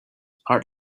part